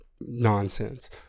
Nonsense